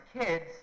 kids